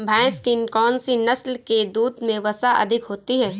भैंस की कौनसी नस्ल के दूध में वसा अधिक होती है?